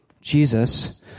Jesus